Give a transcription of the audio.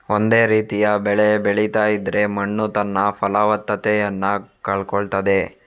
ಒಂದೇ ರೀತಿಯ ಬೆಳೆ ಬೆಳೀತಾ ಇದ್ರೆ ಮಣ್ಣು ತನ್ನ ಫಲವತ್ತತೆಯನ್ನ ಕಳ್ಕೊಳ್ತದೆ